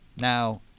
now